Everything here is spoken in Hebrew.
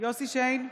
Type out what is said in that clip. יוסף שיין,